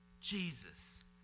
Jesus